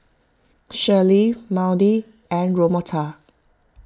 Shirleen Maude and Roberta